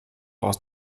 aus